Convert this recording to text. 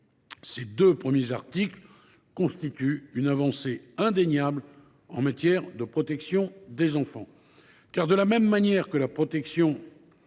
ces deux premiers articles constituent une avancée indéniable en matière de protection des enfants. De la même manière que la protection